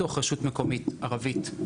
בתוך רשות מקומית בחברה הערבית,